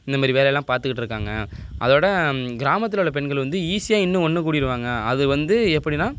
இந்தமாரி வேலையெலாம் பார்த்துகிட்ருக்காங்க அதோட கிராமத்தில் உள்ள பெண்கள் வந்து ஈஸியாக இன்னும் ஒன்று கூடிடுவாங்க அது வந்து எப்படின்னா